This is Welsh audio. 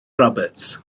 roberts